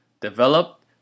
Developed